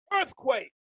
earthquake